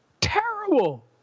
Terrible